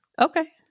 Okay